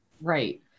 Right